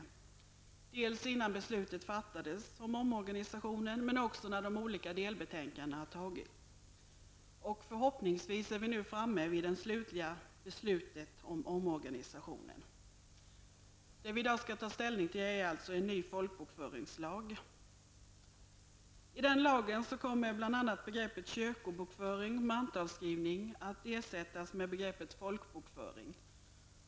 Bl.a. innan beslutet om omorganisationen fattades, men också när beslut om de olika delbetänkandena har fattats. Förhoppningsvis är vi nu framme vid det slutliga beslutet om omorganisationen. I dag skall vi alltså ta ställning till en ny folkbokföringslag. I den lagen kommer bl.a. begreppen kyrkobokföring och mantalsskrivning att ersättas med begreppet folkbokföring.